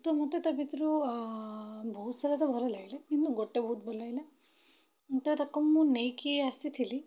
ତ ମୁଁ ତ ତା'ଭିତରୁ ବହୁତ ସାରା ତ ଭଲ ଲାଗିଲା କିନ୍ତୁ ଗୋଟେ ବହୁତ ଭଲ ଲାଗିଲା ମୁଁ ତ ତାକୁ ମୁଁ ନେଇକି ଆସିଥିଲି